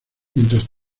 mientras